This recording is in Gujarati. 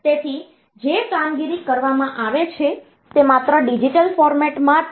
તેથી જે કામગીરી કરવામાં આવે છે તે માત્ર ડિજિટલ ફોર્મેટ માં જ છે